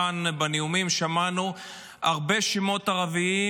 כאן בנאומים שמענו הרבה שמות ערביים,